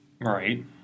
Right